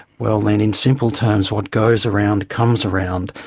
well then in simple terms what goes around comes around,